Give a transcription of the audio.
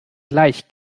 gleich